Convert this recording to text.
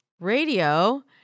Radio